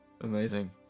Amazing